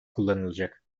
kullanılacak